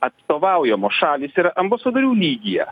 atstovaujamos šalys yra ambasadorių lygyje